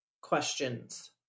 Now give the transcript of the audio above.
questions